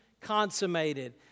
consummated